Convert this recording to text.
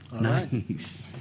Nice